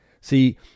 see